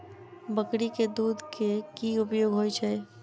बकरी केँ दुध केँ की उपयोग होइ छै?